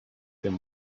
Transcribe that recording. him